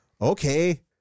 okay